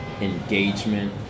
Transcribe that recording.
engagement